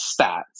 stats